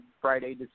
Friday